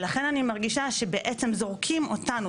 ולכן אני מרגישה שבעצם זורקים אותנו,